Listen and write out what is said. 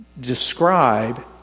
describe